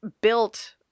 built